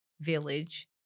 village